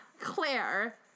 Claire